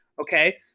okay